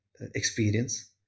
experience